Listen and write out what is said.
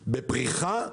בפריחה,